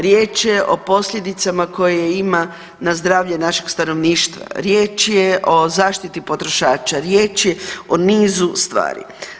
Riječ je o posljedicama koje ima na zdravlje našeg stanovništva, riječ je o zaštiti potrošača, riječ je o nizu stvari.